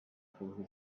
from